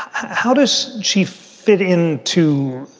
how does she fit in to